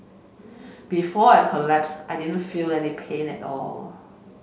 before I collapsed I didn't feel any pain at all